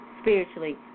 spiritually